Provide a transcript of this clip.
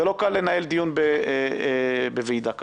לא קל לנהל דיון בוועידה כזאת.